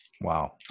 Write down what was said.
Wow